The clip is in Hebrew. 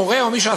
מורה או מישהו,